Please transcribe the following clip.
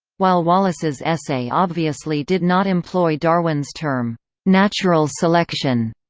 while wallace's essay obviously did not employ darwin's term natural selection,